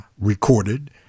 recorded